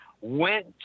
went